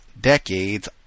decades